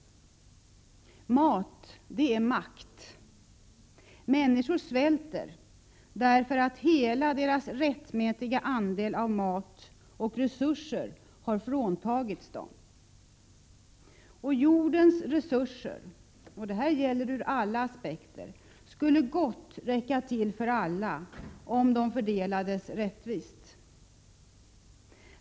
Mat är makt. Människor svälter därför att hela deras rättmätiga andel av mat och resurser har fråntagits dem. Jordens resurser — och det gäller ur alla aspekter — skulle gott räcka till för alla, om de fördelades rättvist.